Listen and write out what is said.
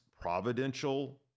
providential